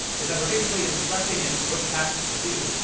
is that we're basically instructing it what task to do,